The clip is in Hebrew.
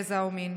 גזע ומין.